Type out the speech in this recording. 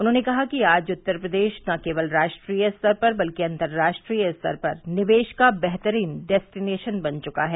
उन्होंने कहा कि आज उत्तर प्रदेश न केवल राष्ट्रीय स्तर पर बल्कि अन्तर्राष्ट्रीय स्तर पर निवेश का बेहतरीन डेस्टिनेशन बन चुका है